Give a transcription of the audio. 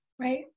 right